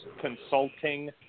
consulting